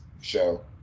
show